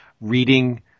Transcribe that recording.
reading